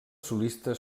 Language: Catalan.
solista